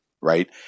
Right